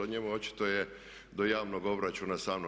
Njemu očito je do javnog obračuna sa mnom.